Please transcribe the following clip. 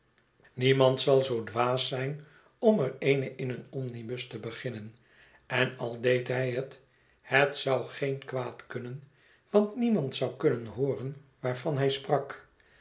niemand zal zoo dwaas zijn om ereene in een omnibus te beginnen en al deed hij het het zou geen kwaad kunnen want niemand zou kunnen hooren waarvan hij sprak